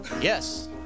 Yes